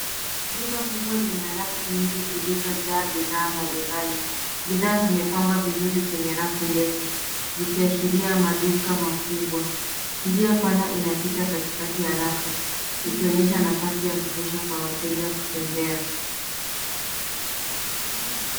Duka kubwa lina rafu nyingi zilizojaa bidhaa mbalimbali. Bidhaa zimepangwa vizuri kwenye rafu ndefu, zikiashiria maduka makubwa. Njia pana inapita katikati ya rafu ikionyesha nafasi ya kutosha kwa wateja kutembea.